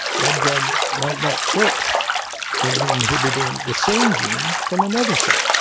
that drug might not work in inhibiting the same gene from another cell.